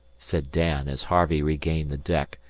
said dan, as harvey regained the deck,